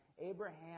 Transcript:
Abraham